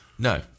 No